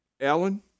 Alan